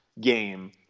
game